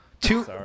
two